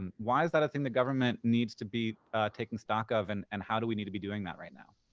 and why is that a thing that government needs to be taking stock of and and how do we need to be doing that right now?